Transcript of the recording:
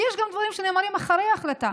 ויש גם דברים שנאמרים אחרי החלטה.